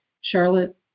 Charlotte